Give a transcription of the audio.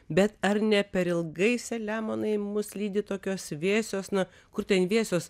bet ar ne per ilgai selemonai mus lydi tokios vėsios na kur ten vėsios